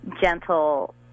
gentle